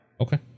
Okay